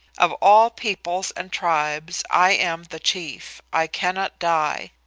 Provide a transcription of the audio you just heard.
of all peoples and tribes i am the chief. i cannot die.